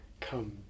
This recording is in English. come